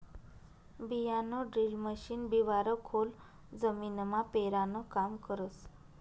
बियाणंड्रील मशीन बिवारं खोल जमीनमा पेरानं काम करस